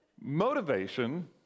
motivation